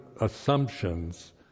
assumptions